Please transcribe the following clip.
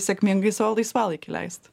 sėkmingai savo laisvalaikį leist